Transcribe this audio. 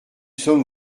sommes